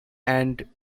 and